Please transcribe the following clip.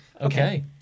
Okay